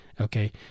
okay